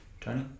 Tony